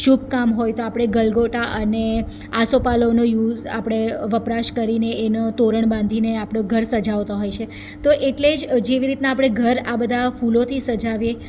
શુભકામ હોય તો આપણે ગલગોટા અને આસોપાલવનો યુઝ આપણે વપરાશ કરીને માટે તોરણ બાંધીને આપણે ઘર સજાવતા હોય છે તો એટલે જ આપણે જેવી રીતના આપણે ઘર આ બધા ફૂલોથી સજાવીએ